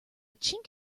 chink